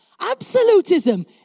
absolutism